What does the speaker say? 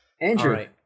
andrew